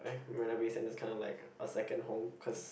Marina-Bay-Sands is kinda like a second home cause